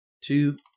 two